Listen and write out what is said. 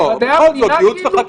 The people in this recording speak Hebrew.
במדעי המדינה כאילו?